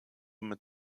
mit